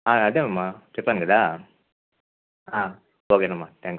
అదే అమ్మ చెప్పాను కదా ఓకే అమ్మ థాంక్స్